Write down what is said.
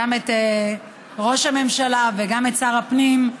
גם את ראש הממשלה וגם את שר הפנים,